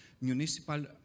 Municipal